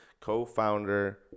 co-founder